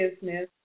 Business